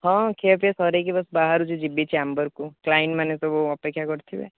ହଁ ଖିଆପିଆ ସରେଇକି ବସ ବାହାରୁଛି ଯିବି ଚାମ୍ବରକୁ କ୍ଲାଇଣ୍ଟ୍ମାନେ ସବୁ ଅପେକ୍ଷା କରିଥିବେ